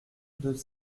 deux